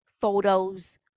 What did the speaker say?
photos